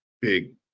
big